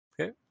Okay